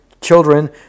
Children